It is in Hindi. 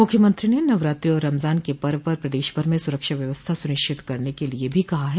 मुख्यमंत्री ने नवरात्रि और रमजान पर्व पर प्रदेश भर में सुरक्षा व्यवस्था सुनिश्चित करने के लिये भी कहा है